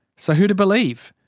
so who to believe?